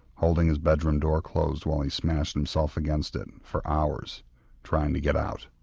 holding his bedroom door closed while he smashed himself against it and for hours trying to get out.